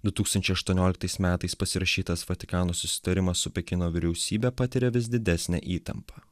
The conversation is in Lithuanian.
du tūkstančiai aštuonioliktais metais pasirašytas vatikano susitarimas su pekino vyriausybė patiria vis didesnę įtampą